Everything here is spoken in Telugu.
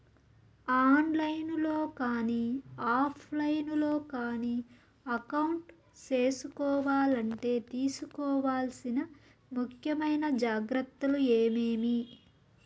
ఆన్ లైను లో కానీ ఆఫ్ లైను లో కానీ అకౌంట్ సేసుకోవాలంటే తీసుకోవాల్సిన ముఖ్యమైన జాగ్రత్తలు ఏమేమి?